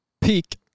peak